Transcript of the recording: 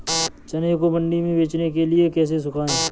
चने को मंडी में बेचने के लिए कैसे सुखाएँ?